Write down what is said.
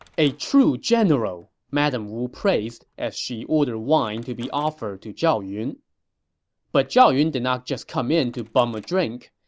a true general! madame wu praised as she ordered wine to be offered to zhao yun but zhao yun did not just come in to bum a drink.